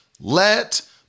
let